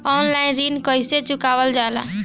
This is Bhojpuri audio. ऑनलाइन ऋण कईसे चुकावल जाला?